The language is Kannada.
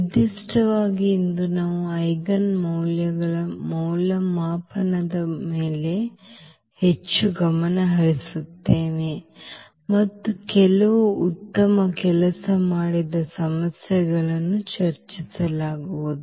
ನಿರ್ದಿಷ್ಟವಾಗಿ ಇಂದು ನಾವು ಐಜೆನ್ ಮೌಲ್ಯಗಳ ಮೌಲ್ಯಮಾಪನದ ಮೇಲೆ ಹೆಚ್ಚು ಗಮನ ಹರಿಸುತ್ತೇವೆ ಮತ್ತು ಕೆಲವು ಉತ್ತಮ ಕೆಲಸ ಮಾಡಿದ ಸಮಸ್ಯೆಗಳನ್ನು ಚರ್ಚಿಸಲಾಗುವುದು